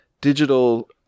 digital